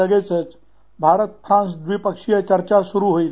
लगेचच भारत फ्रान्स द्वीपक्षिय चर्चा सुरू होईल